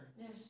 Yes